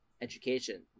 education